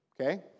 okay